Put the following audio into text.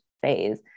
phase